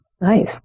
Nice